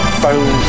phone